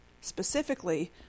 specifically